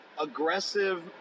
aggressive